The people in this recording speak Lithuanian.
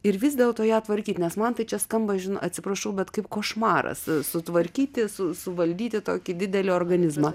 ir vis dėlto ją tvarkyt nes man tai čia skamba žin atsiprašau bet kaip košmaras sutvarkyti su suvaldyti tokį didelį organizmą